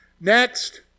Next